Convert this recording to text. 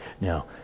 Now